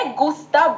gusta